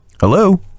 Hello